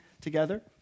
together